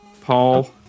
Paul